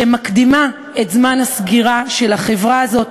שמקדימה את זמן הסגירה של החברה הזאת